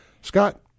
Scott